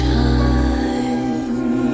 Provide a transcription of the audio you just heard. time